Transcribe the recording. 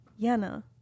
Yana